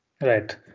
right